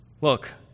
Look